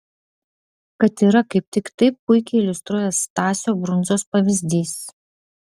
kad yra kaip tik taip puikiai iliustruoja stasio brundzos pavyzdys